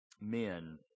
men